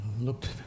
looked